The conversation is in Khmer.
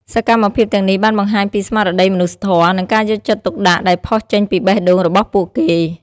សកម្មភាពទាំងនេះបានបង្ហាញពីស្មារតីមនុស្សធម៌ និងការយកចិត្តទុកដាក់ដែលផុសចេញពីបេះដូងរបស់ពួកគេ។